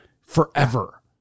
forever